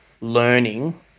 learning